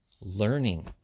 Learning